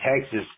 Texas